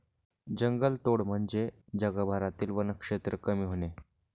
जंगलतोड म्हणजे जगभरातील वनक्षेत्र कमी होणे